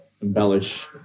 embellish